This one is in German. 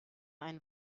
ein